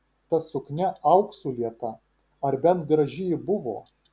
ta suknia auksu lieta ar bent graži ji buvo